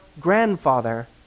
grandfather